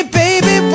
baby